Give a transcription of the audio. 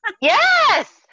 yes